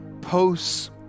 posts